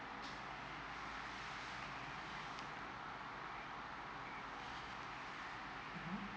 mmhmm